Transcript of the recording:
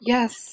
Yes